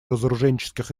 разоруженческих